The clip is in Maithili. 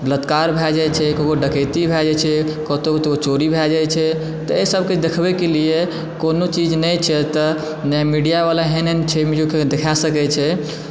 बलात्कार भए जाइ छै ककरो डकैती भए जाइ छै कतहुँ चोरी भए जाइ छै तऽ एहि सबकेँ देखबयके लिए कोनो चीज नहि छै एतय नहि मीडियावाला एहन एहन छै से देखा सकैत छै